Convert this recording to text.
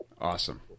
Awesome